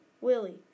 Willie